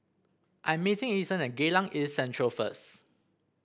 I'm meeting Ethen at Geylang East Central first